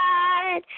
God